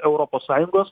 europos sąjungos